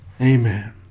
Amen